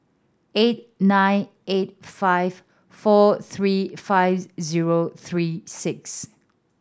eight nine eight five four three five zero three six